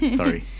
sorry